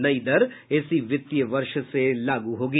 नई दर इसी वित्तीय वर्ष से लागू होगी